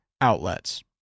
outlets